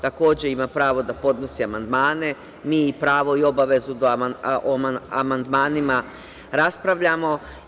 Takođe ima pravo da podnosi amandmane, mi i pravo i obavezu da o amandmanima raspravljamo.